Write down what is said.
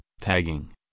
tagging